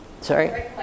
Sorry